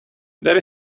there